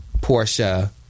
Portia